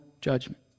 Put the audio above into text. judgment